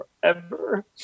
forever